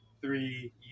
Three